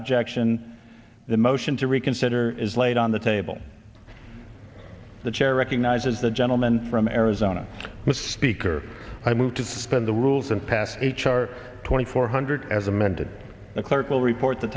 objection the motion to reconsider is laid on the table the chair recognizes the gentleman from arizona mr speaker i move to suspend the rules and pass h r twenty four hundred as amended the clerk will report the